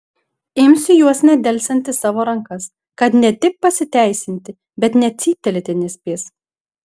imsiu juos nedelsiant į savo rankas kad ne tik pasiteisinti bet net cyptelėti nespės